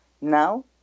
now